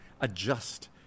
adjust